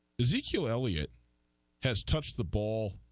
ezekiel elliott has touched the ball